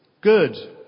good